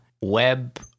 Web